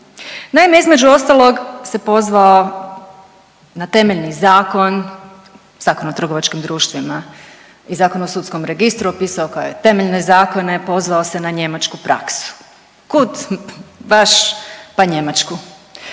Naime, između ostalog se pozvao na temeljni zakon, Zakon o trgovačkim društvima i Zakon o sudskom registru, opisao kao temeljne zakone, pozvao se na njemačku praksu. Kud baš pa njemačku?